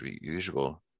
usual